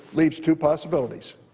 leaves two possibilities,